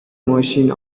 ماشین